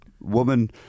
woman